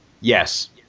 Yes